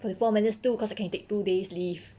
forty four minutes too cause you can take two days leave